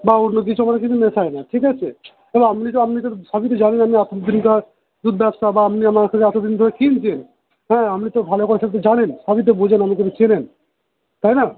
বা অন্য কিছু আমরা কিন্তু মেশাই না ঠিক আছে এবার আপনি তো আপনি তো সবই তো জানেন আমার এতদিনকার দুধ ব্যবসা বা আপনি আমার থেকে এতদিন ধরে কিনছেন হ্যাঁ আমি তো ভালো করে তো জানেন সবই তো বোঝেন আমাকে তো চেনেন তাই না